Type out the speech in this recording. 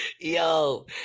Yo